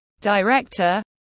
director